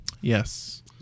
Yes